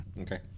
Okay